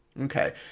Okay